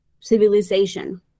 Civilization